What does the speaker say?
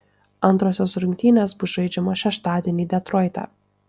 antrosios rungtynės bus žaidžiamos šeštadienį detroite